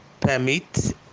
Permit